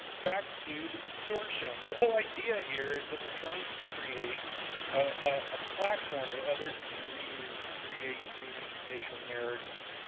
back to the consortium. the whole idea here is that we're trying to create a platform that others can reuse to create three d spatial narratives.